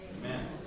Amen